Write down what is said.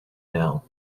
nail